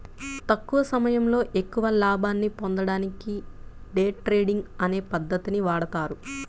తక్కువ సమయంలో ఎక్కువ లాభాల్ని పొందడానికి డే ట్రేడింగ్ అనే పద్ధతిని వాడతారు